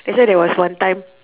that's why there was one time